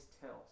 tells